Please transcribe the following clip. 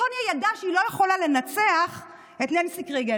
טוניה ידעה שהיא לא יכולה לנצח את ננסי קריגן.